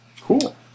Cool